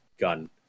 gun